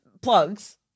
plugs